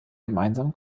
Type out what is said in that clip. gemeinsam